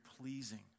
pleasing